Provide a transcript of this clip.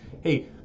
Hey